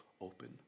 open